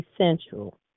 essential